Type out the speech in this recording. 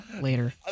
later